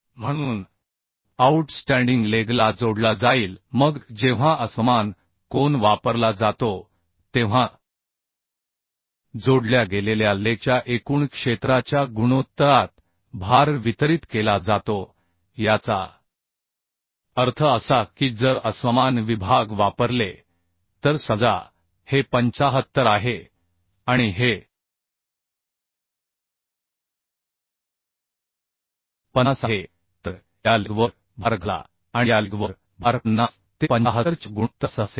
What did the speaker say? म्हणून मी सांगितल्याप्रमाणे लज कोन मुख्य कोनाच्या आऊटस्टँडिंग लेग ला जोडला जाईल मग जेव्हा असमान कोन वापरला जातो तेव्हा जोडल्या गेलेल्या लेग च्या एकूण क्षेत्राच्या गुणोत्तरात भार वितरित केला जातो याचा अर्थ असा की जर असमान विभाग वापरले तर समजा हे 75 आहे आणि हे 50 आहे तर या लेग वर भार घाला आणि या लेग वर भार 50 ते 75 च्या गुणोत्तरासह असेल